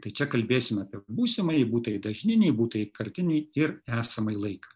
tai čia kalbėsime apie būsimąjį būtąjį dažninį būtąjį kartinį ir esamąjį laiką